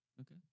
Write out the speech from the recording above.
Okay